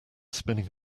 spinning